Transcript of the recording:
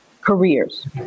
careers